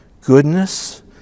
goodness